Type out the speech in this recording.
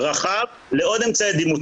משרד הבריאות ממשיך לרדוף אחריהם גם במקום העבודה